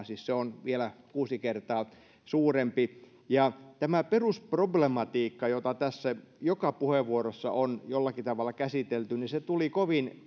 siis se on vielä kuusi kertaa suurempi ja tämä perusproblematiikka jota tässä joka puheenvuorossa on jollakin tavalla käsitelty tuli kovin